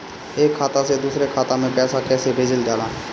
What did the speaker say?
एक खाता से दुसरे खाता मे पैसा कैसे भेजल जाला?